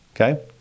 Okay